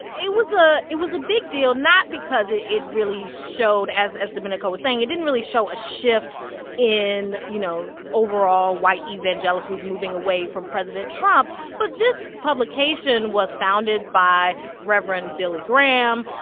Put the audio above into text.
it was ah it was a big deal not because it it really showed as as domenico was saying, it didn't really show a shift in, you know, overall, white evangelicals moving away from president trump. but this publication was founded by reverend billy graham,